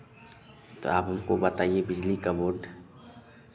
तो आप हमको बताइए बिजली का बोर्ड